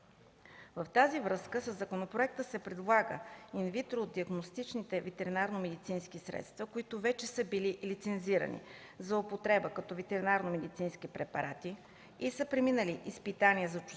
В тази връзка със законопроекта се предлага инвитро диагностични ветеринарномедицински средства, които вече са били лицензирани за употреба като ветеринарномедицински препарати и са преминали изпитвания за чувствителност,